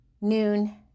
noon